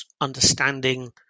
understanding